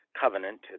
covenant